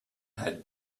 had